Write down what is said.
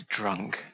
drunk